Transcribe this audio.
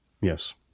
yes